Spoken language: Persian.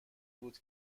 بود